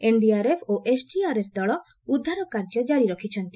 NDRF ଓ SDRF ଦଳ ଉଦ୍ଧାର କାର୍ଯ୍ୟ କାରି ରଖିଛନ୍ତି